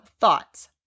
thoughts